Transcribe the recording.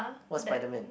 what spiderman